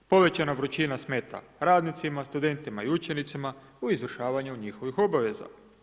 Povećana vrućina smeta radnicima, studentima i učenicima u izvršavanju njihovih obaveza.